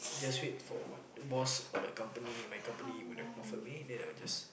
just wait for what boss or the company my company would have offered me then I would just